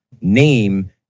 name